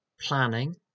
planning